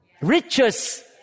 riches